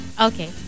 okay